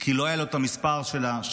כי לא היה לו את המספר של השואה,